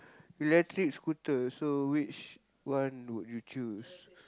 electric scooter so which one would you choose